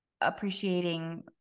appreciating